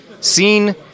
seen